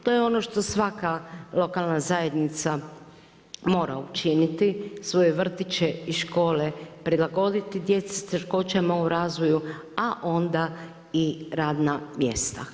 To je ono što svaka lokalna zajednica mora učiniti svoje vrtiće i škole prilagoditi djeci s teškoćama u razvoju, a onda i radna mjesta.